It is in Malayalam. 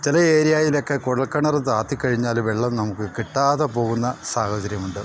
ചില ഏരിയായിലക്കെ കുഴൽക്കിണറ് താത്തി കഴിഞ്ഞാൽ വെള്ളം നമുക്ക് കിട്ടാതെ പോകുന്ന സാഹചര്യമുണ്ട്